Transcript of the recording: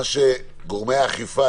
מה שגורמי האכיפה